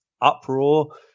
uproar